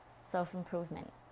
self-improvement